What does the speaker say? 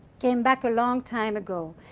came back a long time ago,